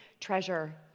treasure